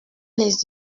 les